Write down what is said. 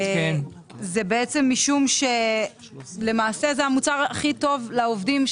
זה בעצם משום שלמעשה זה המוצר הכי טוב לעובדים,